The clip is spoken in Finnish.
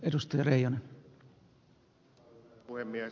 arvoisa herra puhemies